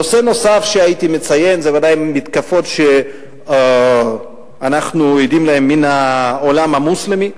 נושא נוסף שהייתי ודאי מציין הוא מתקפות שאנו עדים להן מהעולם המוסלמי,